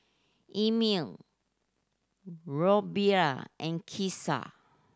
Emmie Robley and Keesha